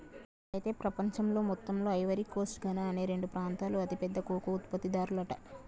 అయితే ప్రపంచంలో మొత్తంలో ఐవరీ కోస్ట్ ఘనా అనే రెండు ప్రాంతాలు అతి పెద్ద కోకో ఉత్పత్తి దారులంట